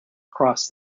across